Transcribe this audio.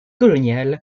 coloniale